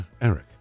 Eric